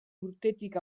urtetik